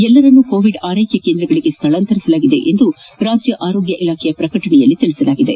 ಎಲ್ಲರನ್ನೂ ಕೋವಿಡ್ ಆರ್ನೆಕೆ ಕೇಂದ್ರಗಳಿಗೆ ಸ್ನಳಾಂತರಿಸಲಾಗಿದೆ ಎಂದು ರಾಜ್ಯ ಆರೋಗ್ಯ ಇಲಾಖೆಯ ಪ್ರಕಟಣೆ ತಿಳಿಬದೆ